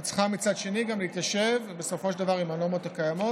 והיא מצד שני היא צריכה גם להתיישב בסופו של דבר עם הנורמות הקיימות.